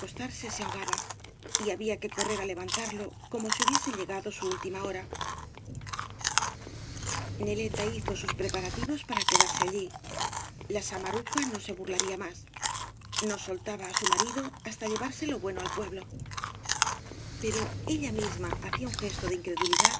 se ahogaba y había que correr á levan tarlo como si hubiese llegado su última hora neleta hizo sus preparativos para quedarse allíc la samaruca no se burlaría más no soltaba á su marido hasta llevárselo bueno al pueblo pero ella misma hacía un gesto de incredulidad